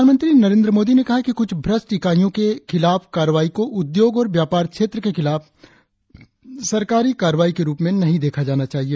प्रधानमंत्री नरेंद्र मोदी ने कहा है कि कुछ भ्रष्ट इकाईयों के खिलाफ कार्रवाई को उद्योग और व्यापार क्षेत्र के खिलाफ सरकरी कार्रवाई के रुप में नहीं देखा जाना चाहिए